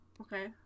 Okay